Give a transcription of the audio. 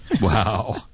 Wow